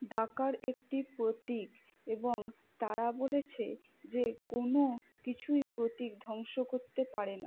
টাকার একটি প্রতীক এবং তারা বলেছে যে কোনও কিছুই প্রতীক ধ্বংস করতে পারে না